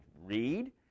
read